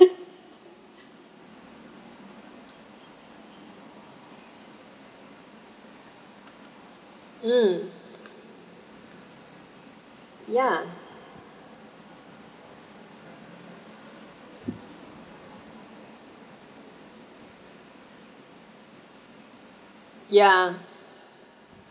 mm ya ya